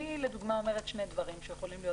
אני לדוגמה אומרת שני דברים שיכולים להיות